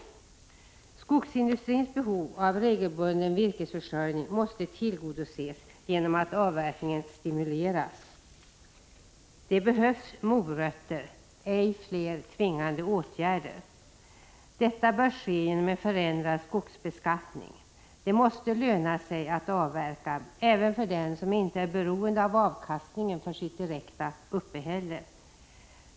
Skogsindustrins behov av regelbunden virkesförsörjning måste tillgodoses genom att avverkningen stimuleras. Det behövs morötter, ej fler tvingande åtgärder. Detta bör ske genom en förändrad skogsbeskattning. Det måste löna sig att avverka även för den som inte är beroende av avkastningen för sitt direkta uppehälle.